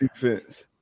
defense